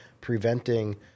preventing